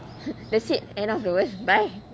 that's it end of the world bye